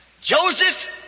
Joseph